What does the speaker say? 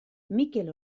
mikel